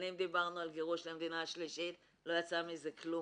שנים דיברנו על גירוש למדינה שלישית לא יצא מזה כלום.